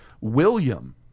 William